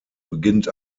beginnt